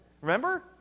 Remember